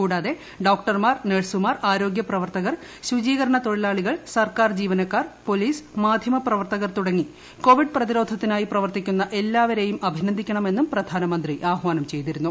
കൂടാതെ ഡോക്ടർമാർ നേഴ്സുമാർ ആരോഗൃപ്രവർത്തകർ ശുചീകരണ തൊഴിലാളികൾ സർക്കാർ ജീവനക്കാർ പൊലീസ് മാധൃമപ്രവർത്തകർ തുടങ്ങി കോവിഡ് പ്രതിരോധത്തിനായി പ്രവർത്തിക്കുന്ന എല്ലാവരെയും അഭിനന്ദിക്കണമെന്നും പ്രധാനമന്ത്രി ആഹ്വാനം ചെയ്തിരുന്നു